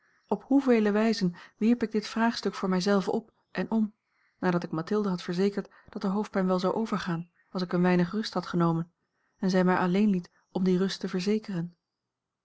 op hoevele wijzen wierp ik dit vraagstuk voor mij zelve op en om nadat ik mathilde had verzekerd dat de hoofdpijn wel zou overgaan als ik een weinig rust had genomen en zij mij alleen liet om die rust te verzekeren